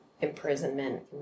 imprisonment